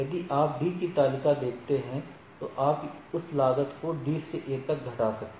यदि आप D की तालिका देखते हैं तो आप उस लागत को D से A तक घटा सकते हैं